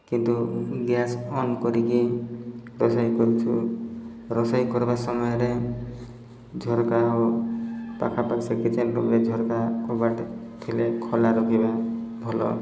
କିନ୍ତୁ gas on କରିକି ରୋଷେଇ କରୁଛୁ ରୋଷେଇ କରିବା ସମୟରେ ଝରକା ଆଉ ପାଖାପାଖି ସେ କିଚେନ୍ ରୁମ୍ରେ ଝରକା କବାଟ ଥିଲେ ଖୋଲା ରଖିବା ଭଲ